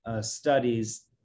studies